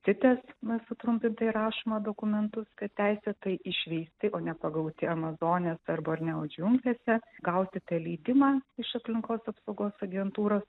titės mes sutrumpintai rašom į dokumentus kad teisėtai išveisti o ne pagauti amazonės ar borneo džiunglėse gausite leidimą iš aplinkos apsaugos agentūros